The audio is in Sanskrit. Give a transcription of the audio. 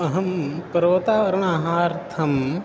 अहं पर्वतारोहणार्थम्